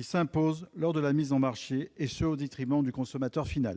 s'imposant lors de la mise en marché, et cela au détriment du consommateur final.